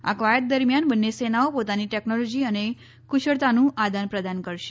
આ ક્વાયત દરમ્યાન બન્ને સેનાઓ પોતાની ટેક્નોલોજી અને ક્રશળતાનું આદાન પ્રદાન કરશે